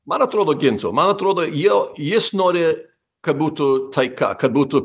man atrodo gintų man atrodo jau jis nori kad būtų taika kad būtų